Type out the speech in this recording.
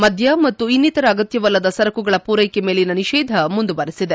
ಮದ ಮತ್ತು ಇನ್ನಿತರ ಅಗತ್ಯವಲ್ಲದ ಸರಕುಗಳ ಪೂರೈಕೆ ಮೇಲಿನ ನಿಷೇಧ ಮುಂದುವರೆಸಿದೆ